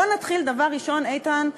בואו נתחיל דבר ראשון, איתן,